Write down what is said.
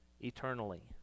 eternally